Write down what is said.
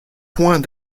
point